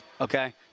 okay